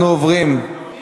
מסירים